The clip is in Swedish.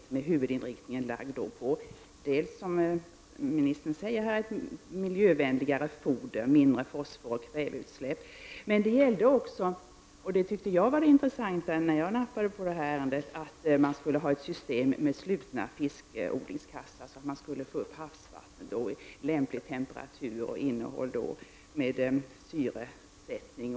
Man skulle huvudsakligen inrikta sig på, som ministern här sade, miljövänligare foder för att minska fosforoch kväveutsläppen. Men det gällde också — och det tyckte jag var det intressanta när jag så att säga nappade på det här ärendet — att ha ett system med slutna fiskodlingskassar. Man måste ju få upp vattnet. Dessutom måste vattnet hålla lämplig temperatur och ha lämplig syresättning.